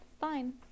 fine